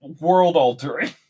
world-altering